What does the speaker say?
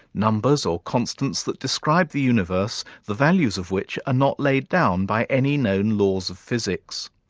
numbers or constants that describe the universe, the values of which are not laid down by any known laws of physics.